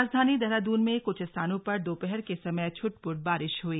राजधानी देहरादून में कुछ स्थानों पर दोपहर के समय छुटपुट बारिश हुई